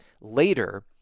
later